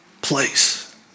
place